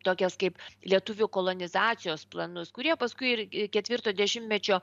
tokias kaip lietuvių kolonizacijos planus kurie paskui ir ketvirto dešimtmečio